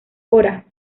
hora